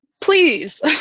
Please